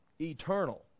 eternal